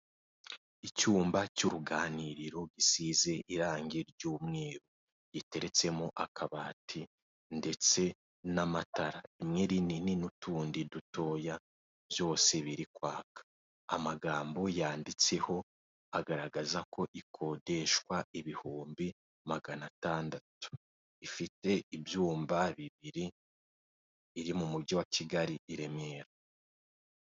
Icyumba cy'uruganiriro gisize irangi ry'umweru giteretsemo akabati ndetse n'amatara rimwe rinini n'utundi dutoya byose biri kwaka, amagambo yanditseho agaragaza ko ikodeshwa ibihumbi magana tandatu ifite ibyumba bibiri iri mu mujyi wa Kigali i Remera.